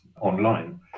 online